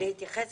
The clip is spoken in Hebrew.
להתייחס